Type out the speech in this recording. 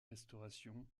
restauration